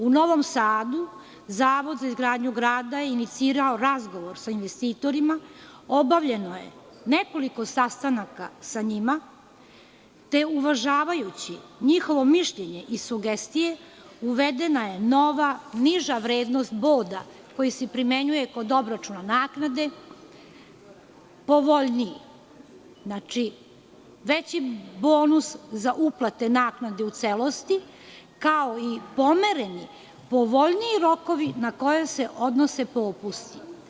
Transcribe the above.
U Novom Sadu Zavod za izgradnju grada je inicirao razgovor sa investitorima, obavljeno je nekoliko sastanaka sa njima, te uvažavajući njihovo mišljenje i sugestije uvedena je nova, niža vrednost boda koja se primenjuje kod obračuna naknade, povoljniji, veći bonus za uplate naknade u celosti, kao i pomereni, povoljniji rokovi na koje se odnose popusti.